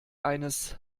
eines